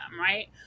right